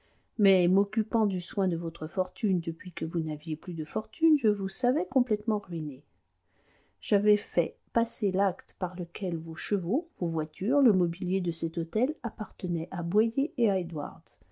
mais m'occupant du soin de votre fortune depuis que vous n'aviez plus de fortune je vous savais complètement ruiné j'avais fait passer l'acte par lequel vos chevaux vos voitures le mobilier de cet hôtel appartenaient à boyer et à edwards